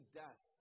death